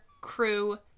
crew